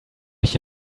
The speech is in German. nicht